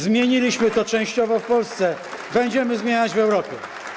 Zmieniliśmy to częściowo w Polsce, będziemy zmieniać w Europie.